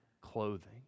clothing